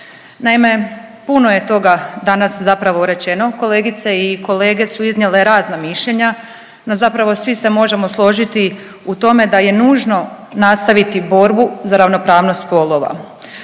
Naime, puno je toga danas zapravo rečeno, kolegice i kolege su iznijele razna mišljenja no zapravo svi se možemo složiti u tome da je nužno nastaviti borbu za ravnopravnost spolova.